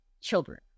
children